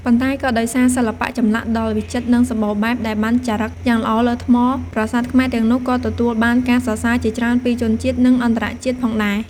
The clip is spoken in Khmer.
ប៉ុន្តែក៏ដោយសារសិល្បៈចម្លាក់ដ៏វិចិត្រនិងសម្បូរបែបដែលបានចារឹកយ៉ាងល្អលើថ្ម ប្រាសាទខ្មែរទាំងនោះក៏ទទួលបានការសរសើរជាច្រើនពីជនជាតិ និងអន្តរជាតិផងដែរ។